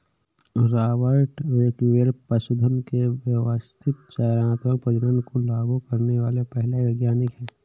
Robert Bakewell पशुधन के व्यवस्थित चयनात्मक प्रजनन को लागू करने वाले पहले वैज्ञानिक है